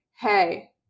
hey